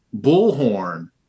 bullhorn